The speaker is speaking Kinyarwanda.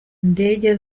ndege